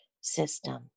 system